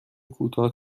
کوتاه